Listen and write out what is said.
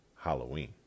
Halloween